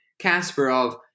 Kasparov